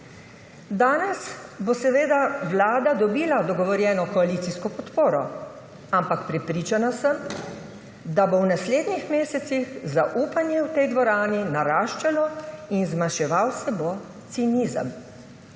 Danes bo seveda vlada dobila dogovorjeno koalicijsko podporo, ampak prepričana sem, da bo v naslednjih mesecih zaupanje v tej dvorani naraščalo in zmanjševal se bo cinizem.